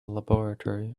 laboratory